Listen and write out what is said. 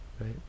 right